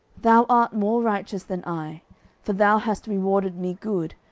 thou art more righteous than i for thou hast rewarded me good,